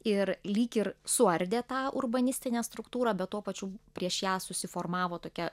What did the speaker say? ir lyg ir suardė tą urbanistinę struktūrą bet tuo pačiu prieš ją susiformavo tokia